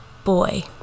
boy